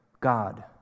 God